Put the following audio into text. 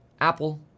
Apple